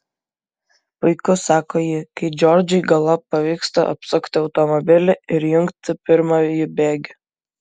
puiku sako ji kai džordžui galop pavyksta apsukti automobilį ir įjungti pirmąjį bėgį